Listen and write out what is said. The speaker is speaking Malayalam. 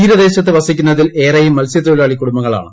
തീരദേശത്ത് വസിക്കുന്നതിൽ ഏറെയും മത്സ്യതൊഴിലാളി കുടുംബങ്ങളാണ്